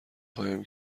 قایم